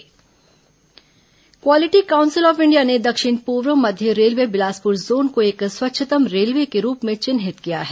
railway स्वच्छता quality council of India ने दक्षिण पूर्व मध्य रेलवे बिलासपुर जोन को स्वच्छतम रेलवे के रूप में चिन्हित किया है